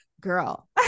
girl